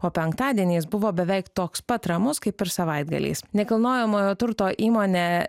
o penktadieniais buvo beveik toks pat ramus kaip ir savaitgaliais nekilnojamojo turto įmonė